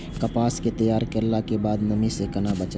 कपास के तैयार कैला कै बाद नमी से केना बचाबी?